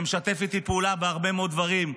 שמשתף איתי פעולה בהרבה מאוד דברים,